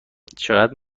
چقدر